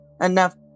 enough